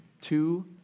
two